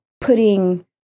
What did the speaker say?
putting